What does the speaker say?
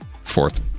fourth